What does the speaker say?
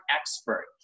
expert